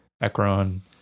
Ekron